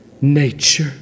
nature